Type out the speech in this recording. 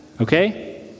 okay